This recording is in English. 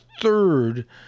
third